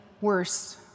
worse